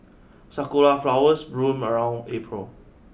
sakura flowers bloom around April